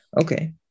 Okay